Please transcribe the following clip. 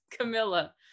Camilla